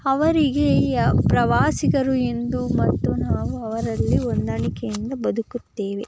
ಅವರಿಗೆ ಈ ಪ್ರವಾಸಿಗರು ಎಂದು ಮತ್ತು ನಾವು ಅವರಲ್ಲಿ ಹೊಂದಾಣಿಕೆಯಿಂದ ಬದುಕುತ್ತೇವೆ